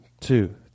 two